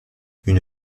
une